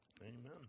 Amen